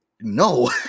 no